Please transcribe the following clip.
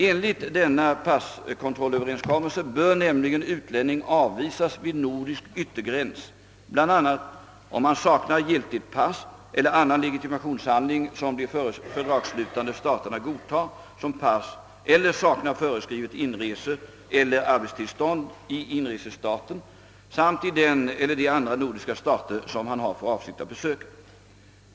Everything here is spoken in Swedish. Enligt denna passkontrollöverenskommelse bör nämligen utlänningen avvisas vid nordisk yttergräns bl.a. om han saknar giltigt pass eller annan legitimationshandling, som de fördragsslutande staterna godtar som pass, eller saknar föreskrivet inreseeller arbetstillstånd i inresestaten samt i den eller de andra nordiska stater som han har för avsikt att besöka.